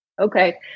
Okay